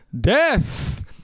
Death